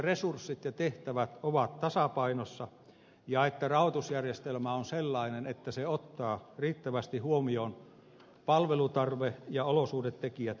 resurssien ja tehtävien on oltava tasapainossa ja rahoitusjärjestelmän sellainen että se ottaa riittävästi huomioon palvelutarpeen ja olosuhdetekijät kunnissa